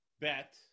bet